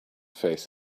faith